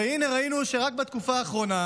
והינה, ראינו שרק בתקופה האחרונה